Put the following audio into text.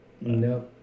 No